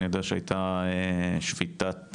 אני יודע שהייתה שביתה,